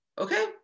Okay